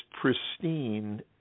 pristine